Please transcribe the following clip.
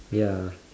ya